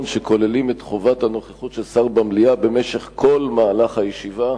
שכוללים את חובת הנוכחות של שר במליאה במשך כל הישיבה.